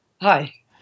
Hi